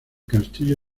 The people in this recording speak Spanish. castillo